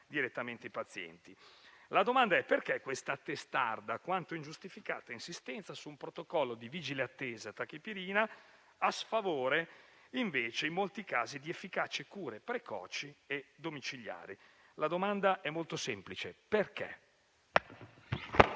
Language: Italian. direttamente i pazienti. La domanda è perché si sia optato per questa testarda quanto ingiustificata insistenza su un protocollo di vigile attesa e tachipirina, a sfavore, in molti casi, di efficaci cure precoci e domiciliari. La domanda è molto semplice: perché?